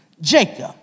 Jacob